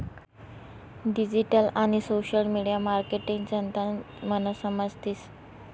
digital आणि social media marketing जनतानं मन समजतीस